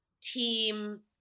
Team